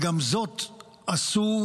וגם זאת עשו,